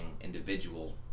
individual